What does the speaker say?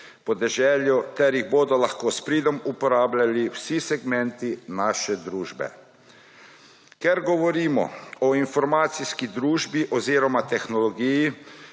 podeželju ter ga bodo lahko s pridom uporabljali vsi segmenti naše družbe?! Ker govorimo o informacijski družbi oziroma tehnologiji,